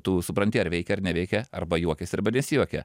tu supranti ar veikia ar neveikia arba juokiasi arba nesijuokia